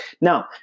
Now